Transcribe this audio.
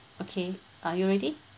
okay are you ready